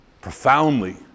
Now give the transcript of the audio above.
Profoundly